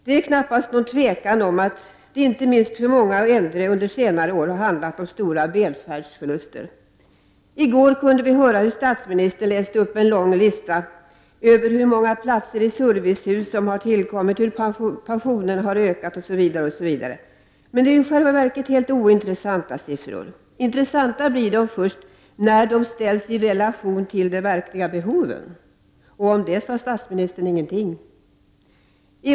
Det är knappast något tvivel om att det inte minst för många äldre har handlat om stora välfärdsförluster under senare år. I går kunde vi höra statsministern läsa upp en lång lista över hur många platser i servicehus som tillkommit, hur pensionerna ökat osv., men det är ju i själva verket helt ointressanta siffror. Intressanta blir de först när de ställs i relation till de verkliga behoven, och om det sade statsministern ingenting.